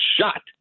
shot